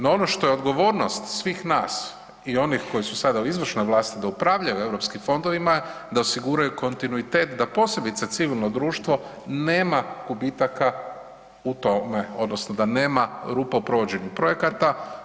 No, ono što je odgovornost svih nas i oni koji su sada u izvršnoj vlasti da upravljaju europskim fondovima da osiguraju kontinuitet da posebice civilno društvo nema gubitaka u tome odnosno da nema rupa u provođenju projekata.